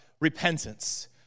repentance